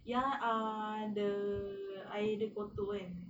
ya ah the air dia kotor kan